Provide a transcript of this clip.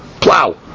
plow